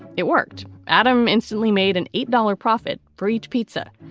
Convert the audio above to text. it worked. adam instantly made an eight dollar profit for each pizza.